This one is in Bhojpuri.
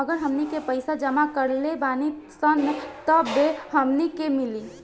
अगर हमनी के पइसा जमा करले बानी सन तब हमनी के मिली